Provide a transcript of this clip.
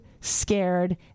scared